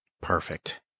Perfect